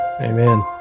amen